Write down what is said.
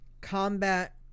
combat